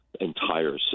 entire